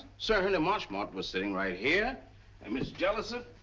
sir henry marchmont was sitting right here and mrs. jellison